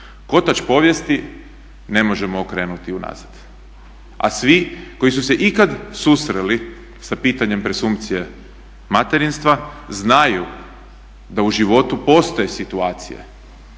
Kotač povijesti ne možemo okrenuti unazad a svi koji su se ikad susreli sa pitanjem presumpcije materinstva znaju da u životu postoje situacije